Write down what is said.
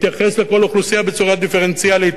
שמתייחס לכל אוכלוסייה בצורה דיפרנציאלית.